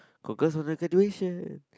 congrats on graduation